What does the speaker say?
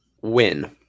Win